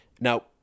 Now